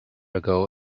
ago